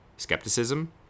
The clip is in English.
Skepticism